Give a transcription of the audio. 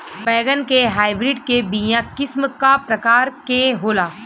बैगन के हाइब्रिड के बीया किस्म क प्रकार के होला?